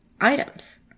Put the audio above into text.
items